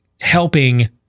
helping